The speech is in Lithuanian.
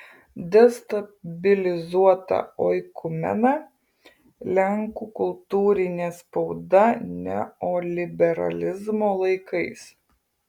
destabilizuota oikumena lenkų kultūrinė spauda neoliberalizmo laikais